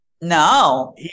No